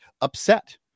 upset